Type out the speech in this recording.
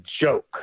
joke